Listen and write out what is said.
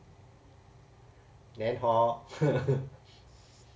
then hor